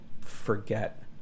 forget